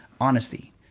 honesty